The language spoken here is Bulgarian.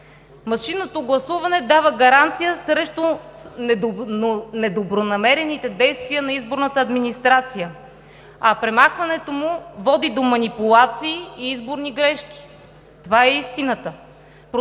Машинното гласуване дава гаранция срещу недобронамерените действия на изборната администрация, а премахването му води до манипулации и изборни грешки. Това е истината.